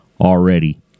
already